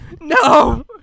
No